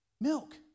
Milk